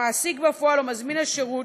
המעסיק בפועל או מזמין השירות,